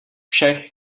všech